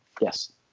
Yes